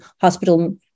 hospital